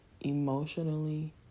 emotionally